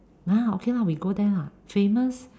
ah okay lah we go there lah famous